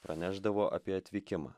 pranešdavo apie atvykimą